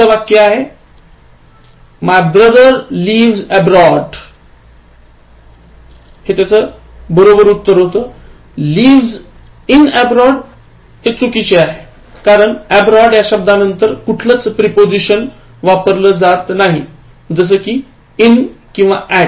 पुढच वाक्य My brother lives abroad lives in abroad चुकीचे आहे कारण ऍब्रॉड या शब्दांनंतर कुठलाच प्रपोझिशन वापरलं जात नाही जस कि in किंवा at